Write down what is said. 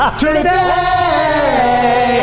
today